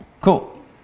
Cool